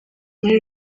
muri